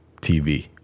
TV